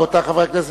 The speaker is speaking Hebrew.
רבותי חברי הכנסת,